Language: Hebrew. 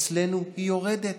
אצלנו היא יורדת,